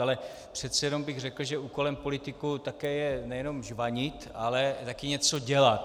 Ale přece jen bych řekl, že úkolem politiků také je nejenom žvanit, ale taky něco dělat.